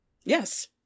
yes